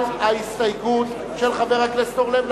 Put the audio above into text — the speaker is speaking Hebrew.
על ההסתייגות של חבר הכנסת אורלב.